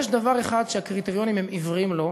יש דבר אחד שהקריטריונים הם עיוורים לו,